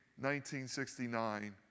1969